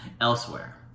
elsewhere